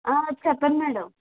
చెప్పండి మ్యాడం